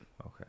Okay